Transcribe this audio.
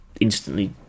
instantly